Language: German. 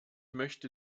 möchte